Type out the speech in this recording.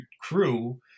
crew